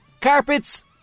carpets